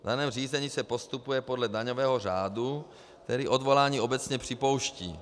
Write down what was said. V daném řízení se postupuje podle daňového řádu, který odvolání obecně připouští.